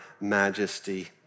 majesty